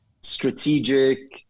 strategic